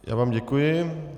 Já vám děkuji.